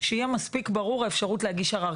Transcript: שתהיה מספיק ברורה האפשרות להגיש ערר.